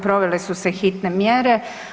Provele su se hitne mjere.